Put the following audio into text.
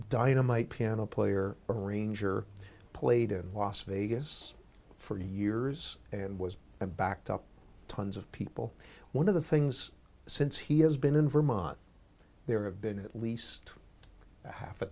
dynamite piano player arranger played in las vegas for years and was backed up tons of people one of the things since he has been in vermont there have been at least half a